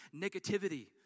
negativity